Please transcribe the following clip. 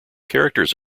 characters